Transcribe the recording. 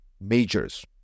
majors